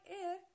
air